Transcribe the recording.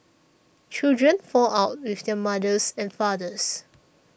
children fall out with their mothers and fathers